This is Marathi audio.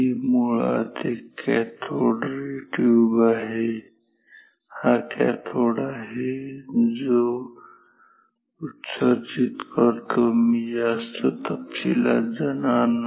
ही मुळात ही एक कॅथोड रे ट्यूब आहे हा कॅथोड आहे जो इलेक्ट्रॉन उत्सर्जित करतो मी जास्त तपशीलात जात नाही